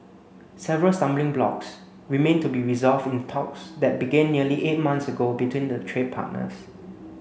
several stumbling blocks remain to be resolved in talks that began nearly eight months ago between the trade partners